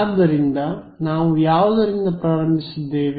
ಆದ್ದರಿಂದ ನಾವು ಯಾವುದರಿಂದ ಪ್ರಾರಂಭಿಸಿದ್ದೇವೆ